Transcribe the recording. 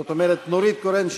זאת אומרת נורית קורן,